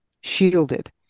shielded